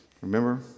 Remember